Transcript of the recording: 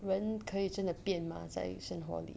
人可以真的变吗在生活里